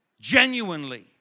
genuinely